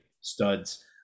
studs